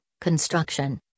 construction